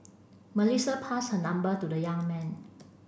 Melissa passed her number to the young man